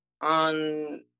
on